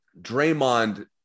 Draymond